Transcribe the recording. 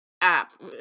app